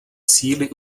síly